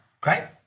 Great